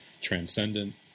transcendent